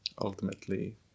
ultimately